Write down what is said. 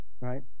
right